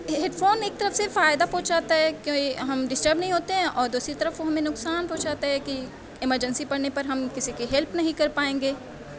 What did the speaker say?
head phone ایک طرف سے فائدہ پہنچاتا ہے کیا یہ ہم ڈسٹرب نہیں ہوتے ہیں اور دوسری طرف اُن میں نقصان پہنچاتا ہے کہ ایمرجنسی پڑنے پر ہم کسی کی ہیلپ نہیں کر پائیں گے